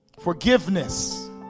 Forgiveness